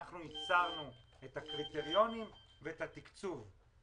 אנחנו ייצרנו את הקריטריונים ואת התקצוב.